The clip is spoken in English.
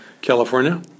California